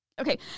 Okay